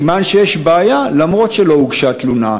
סימן שיש בעיה אף שלא הוגשה תלונה.